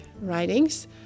writings